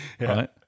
right